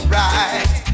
right